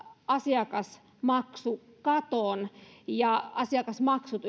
asiakasmaksukaton ja asiakasmaksut